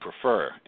prefer